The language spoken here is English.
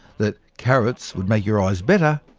that carrots would make their eyes better,